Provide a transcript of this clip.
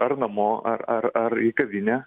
ar namo ar ar ar į kavinę